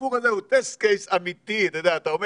הסיפור הזה הוא טסט קייס אמיתי, אתה אומר